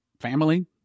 family